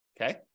Okay